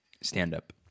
stand-up